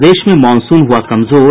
प्रदेश में मॉनसून हुआ कमजोर